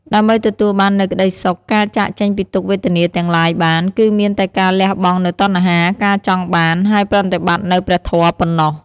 ដើម្បីទទួលបាននូវក្ដីសុខ ការចាកចេញពីទុក្ខវេទនាទាំងឡាយបាន គឺមានតែការលះបង់នូវតណ្ហា ការចង់បាន ហើយប្រតិបត្តិនូវព្រះធម៌ប៉ុណ្ណោះ។